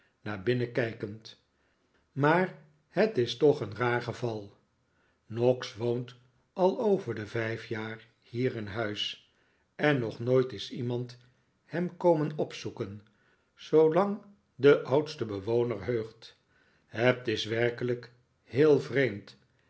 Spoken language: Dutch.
naar binnen kijkend maar het is toch een raar geval noggs woont al over de vijf jaar hier in huis en nog nooit is iemand hem komen opzoeken zoolang den oudsten bewoner heugt het is werkelijk heel vreemd